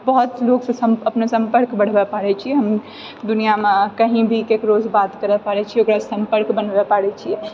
बहुत लोकसँ सम अपनो सम्पर्क बढ़बै पाड़ै छिऐ दुनिआमे कहीभी केकरोसँ बात करै पाबै छिऐ ओकरासँ सम्पर्क बनबै पाड़ै छिऐ